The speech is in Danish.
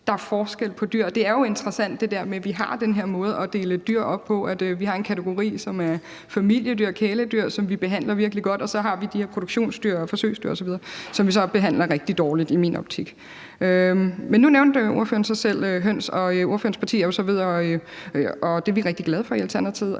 måske ministeren. Og det er jo interessant, at vi har den her måde at dele dyr op på, hvor vi har en kategori, som er familiedyr, kæledyr, og som vi behandler virkelig godt, og så har vi de her produktionsdyr og forsøgsdyr osv., som vi så behandler rigtig dårligt i min optik. Men nu nævnte ordføreren så selv høns. Ordførerens parti er jo ved at arbejde for, at vi